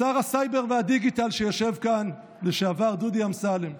שר הסייבר והדיגיטל לשעבר, שיושב כאן, דודי אמסלם,